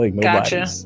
gotcha